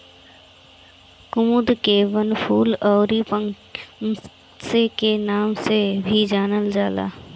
कुमुद के वनफूल अउरी पांसे के नाम से भी जानल जाला